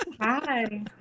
Hi